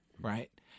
Right